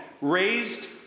raised